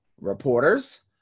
Reporters